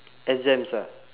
exams ah